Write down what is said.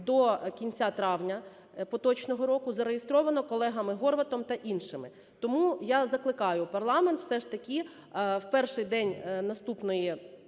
до кінця травня поточного року зареєстровано колегами Горватом та іншими. Тому я закликаю парламент все ж таки в перший день наступного